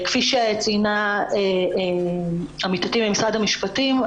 כפי שציינה עמיתתי ממשרד המשפטים,